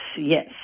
yes